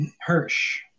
Hirsch